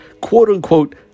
Quote-unquote